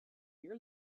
your